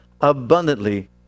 abundantly